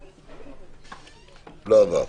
הלאה.